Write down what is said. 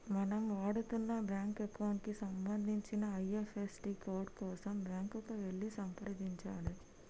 మనం వాడుతున్న bank account కి సంబంధించిన ఐ.ఎఫ్.ఎస్.సి కోడ్ కోసం బ్యాంకుకి వెళ్లి సంప్రదించాలే